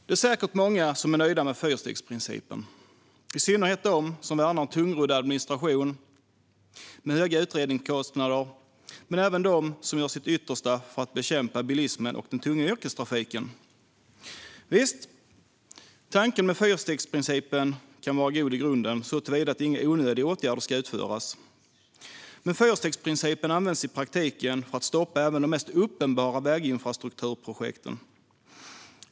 Fru talman! Det är säkert många som är nöjda med fyrstegsprincipen, i synnerhet de som värnar en tungrodd administration med höga utredningskostnader men även de som gör sitt yttersta för att bekämpa bilismen och den tunga yrkestrafiken. Visst kan tanken med fyrstegsprincipen vara god i grunden såtillvida att inga onödiga åtgärder ska vidtas. Men fyrstegsprincipen används i praktiken för att stoppa även de mest uppenbara väginfrastrukturprojekt.